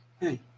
Hey